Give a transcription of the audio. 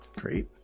Great